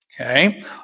Okay